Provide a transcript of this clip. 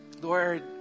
Lord